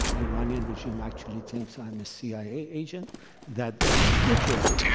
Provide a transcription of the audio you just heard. the iranian regime actually thinks i'm a cia agent that literally,